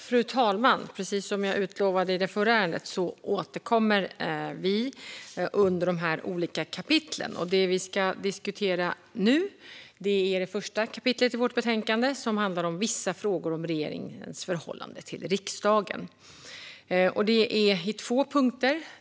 Fru talman! Precis som jag utlovade i det förra ärendet återkommer vi under de olika kapitlen. Det vi ska diskutera nu är det första kapitlet i vårt betänkande, som handlar om vissa frågor om regeringens förhållande till riksdagen. Det är två punkter.